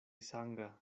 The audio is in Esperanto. sanga